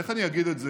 איך אני אגיד את זה,